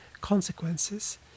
consequences